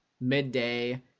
midday